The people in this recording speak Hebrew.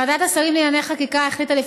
ועדת השרים לענייני חקיקה החליטה,